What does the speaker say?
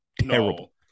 terrible